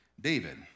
David